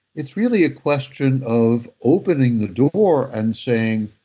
it's really a question of opening the door and saying,